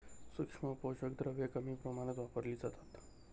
सूक्ष्म पोषक द्रव्ये कमी प्रमाणात वापरली जातात